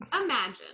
imagine